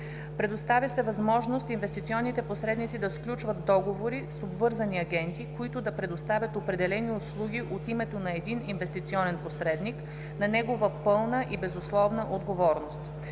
Предоставя се възможност инвестиционните посредници да сключват договори с обвързани агенти, които да предоставят определени услуги от името на един инвестиционен посредник на негова пълна и безусловна отговорност;